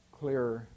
clearer